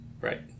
Right